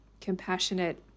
compassionate